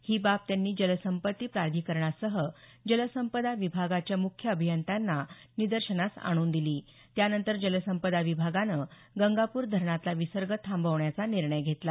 ही बाब त्यांनी जलसंपत्ती प्राधिकरणासह जलसंपदा विभागाच्या मुख्य अभियंत्यांना निदर्शनास आणून दिली त्यानंतर जलसंपदा विभागानं गंगापूर धरणातला विसर्ग थांबवण्याचा निर्णय घेतला